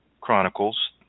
Chronicles